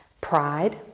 pride